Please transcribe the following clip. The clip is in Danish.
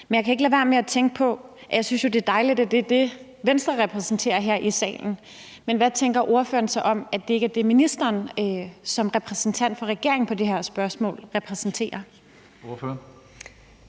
Men jeg kan ikke lade være med at tænke på, at jeg jo synes, det er dejligt, at det er det, Venstre repræsenterer her i salen. Men hvad tænker ordføreren så om, at det ikke er det, ministeren som repræsentant for regeringen på det her spørgsmål repræsenterer? Kl.